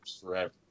forever